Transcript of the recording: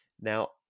Now